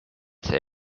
see